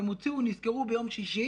אם נזכרו ביום שישי